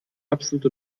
absolute